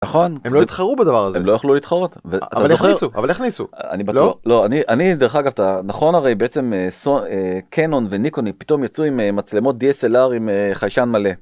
נכון? הם לא התחרו בדבר הזה. -הם לא יכלו לתחרות. אבל הכניסו, אבל הכניסו. -אני בטוח. -לא? -לא, אני, אני... דרך אגב, אתה... נכון הרי, בעצם, קנון וניקון פתאום יצאו עם מצלמות dslr עם חיישן מלא.